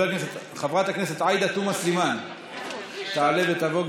חברת הכנסת עאידה תומא סלימאן, תעלה ותבוא.